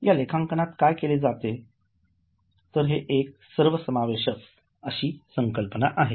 या लेखांकनात काय केले जाते तर हे एक सर्व समावेशक अशी संकल्पना आहे